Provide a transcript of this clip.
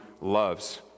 loves